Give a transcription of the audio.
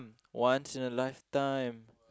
once in a lifetime